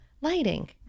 Lighting